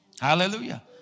Hallelujah